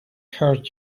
hurt